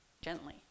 gently